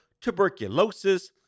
tuberculosis